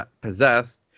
possessed